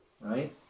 right